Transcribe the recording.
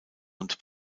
und